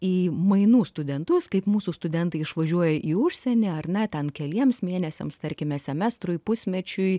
į mainų studentus kaip mūsų studentai išvažiuoja į užsienį ar ne ten keliems mėnesiams tarkime semestrui pusmečiui